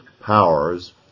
powers